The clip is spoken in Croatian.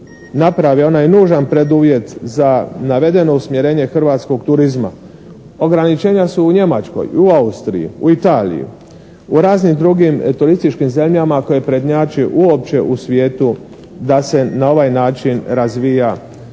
napravi onaj nužan preduvjet za navedeno usmjerenje hrvatskog turizma. Ograničenja su u Njemačkoj, i u Austriji, u Italiji, u raznim drugim turističkim zemljama koje prednjače uopće u svijetu da se na ovaj način razvija ugostiteljska